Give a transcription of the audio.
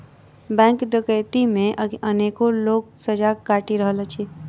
bank डकैती मे अनेको लोक सजा काटि रहल अछि